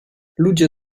ludzie